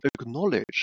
acknowledge